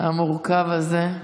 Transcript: היום המורכב הזה.